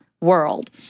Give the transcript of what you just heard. world